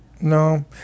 No